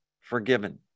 forgiven